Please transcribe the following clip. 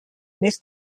vés